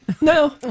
No